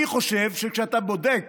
אני חושב שכאשר אתה בודק